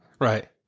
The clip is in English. Right